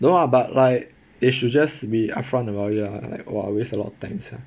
no ah but like they should just be upfront about it ah !wah! waste a lot of time sia